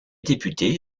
députés